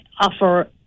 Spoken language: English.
offer